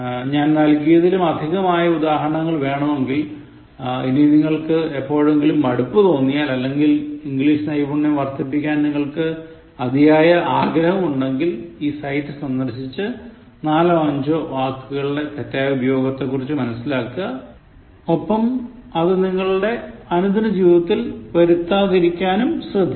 ഞാൻ നൽകിയതിലും അധികമായ ഉദാഹരണങ്ങൾ വേണമെങ്കിൽ ഇനി നിങ്ങൾക്ക് എപ്പോഴെങ്ങിലും മടുപ്പുതോന്നിയാൽ അല്ലെങ്ങിൽ ഇംഗ്ലീഷ് നൈപുണ്യം വർധിപ്പിക്കാൻ നിങ്ങൾക്ക് അതിയായ ആഗ്രഹമുണ്ടെങ്കിൽ ഈ സൈറ്റ് സന്ദർശിച്ച് നാലോ അഞ്ചോ വാക്കുകളുടെ തെറ്റായ ഉപയോഗത്തെക്കുറിച്ച് മനസിലാക്കുക ഒപ്പം അത് നിങ്ങളുടെ അനുദിന ജീവിതത്തിൽ വരുത്താതിരിക്കാനും ശ്രദ്ധിക്കുക